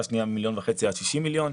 שנייה ממיליון וחצי עד 60 מיליון.